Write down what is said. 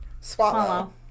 Swallow